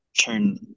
turn